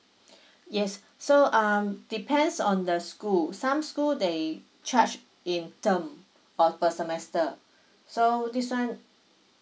yes so um depends on the school some school they charged in term of per semester so this one